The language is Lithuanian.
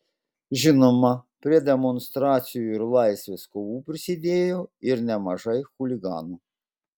žinoma prie demonstracijų ir laisvės kovų prisidėjo ir nemažai chuliganų